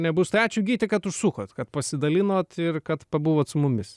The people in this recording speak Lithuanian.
nebus tai ačiū gyti kad užsukot kad pasidalinot ir kad pabuvot su mumis